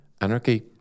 anarchy